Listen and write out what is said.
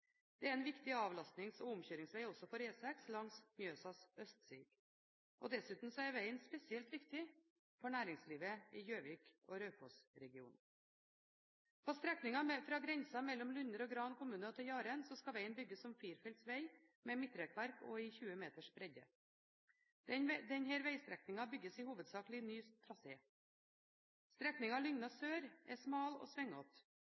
er også en viktig avlastnings- og omkjøringsveg for E6 langs Mjøsas østside. Dessuten er vegen spesielt viktig for næringslivet i Gjøvik- og Raufoss-regionen. På strekningen fra grensen mellom Lunner og Gran kommune og til Jaren skal vegen bygges som firefelts veg med midtrekkverk og i 20 meters bredde. Denne vegstrekningen bygges hovedsakelig i ny trasé. Strekningen Lygna sør er smal og